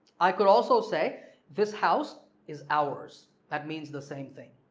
i could also say this house is ours that means the same thing.